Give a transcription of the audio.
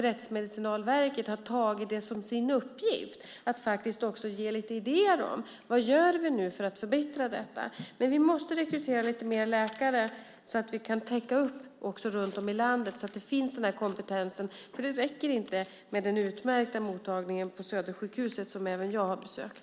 Rättsmedicinalverket har dessutom tagit som sin uppgift att ge lite idéer om vad vi kan göra för att förbättra det hela. Vi måste dock rekrytera lite fler läkare för att kunna täcka upp så att den kompetensen finns runt om i landet. Det räcker inte med den utmärkta mottagningen på Södersjukhuset, som även jag har besökt.